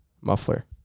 Muffler